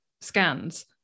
scans